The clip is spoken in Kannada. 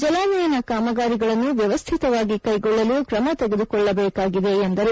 ಜಲಾನಯನ ಕಾಮಗಾರಿಗಳನ್ನು ವ್ಯವಸ್ತತವಾಗಿ ಕೈಗೊಳ್ಳಲು ಕ್ರಮ ತೆಗೆದುಕೊಳ್ಳದೇಕಾಗಿದೆ ಎಂದರು